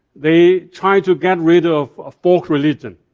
they try to get rid of ah folk religion,